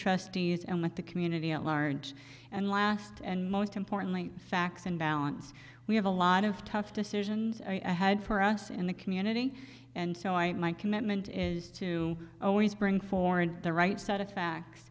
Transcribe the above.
trustees and with the community at large and last and most importantly facts and balance we have a lot of tough decisions ahead for us in the community and so i my commitment is to always bring forward the right set of facts